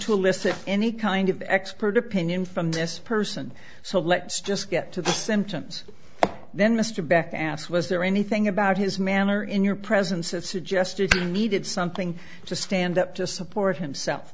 to elicit any kind of expert opinion from this person so let's just get to the symptoms then mr beck asked was there anything about his manner in your presence have suggested he needed something to stand up to support himself